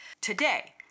Today